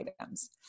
items